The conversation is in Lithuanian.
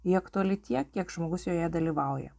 ji aktuali tiek kiek žmogus joje dalyvauja